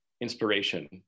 inspiration